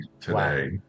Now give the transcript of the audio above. today